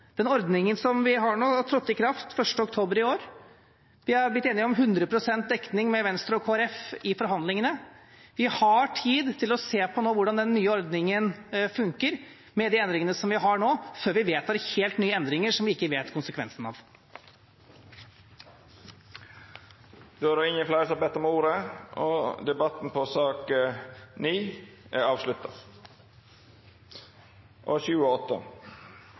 Den ordningen som vi har nå, trådte i kraft den 1. oktober i år. Vi har blitt enige om 100 pst. dekning med Venstre og Kristelig Folkeparti i forhandlingene. Vi har tid til å se på hvordan den nye ordningen funker med de endringene vi har nå, før vi vedtar helt nye endringer som vi ikke vet konsekvensene av. Fleire har ikkje bedt om ordet til sakene nr. 7 og 8. Etter ønske frå arbeids- og